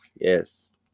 Yes